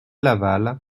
laval